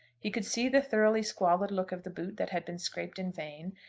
he could see the thoroughly squalid look of the boot that had been scraped in vain,